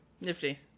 nifty